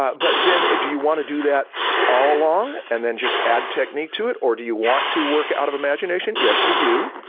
but then, do you want to do that all along and then just add technique to it or do you want to work out of imagination? yes you do.